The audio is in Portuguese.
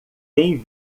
tem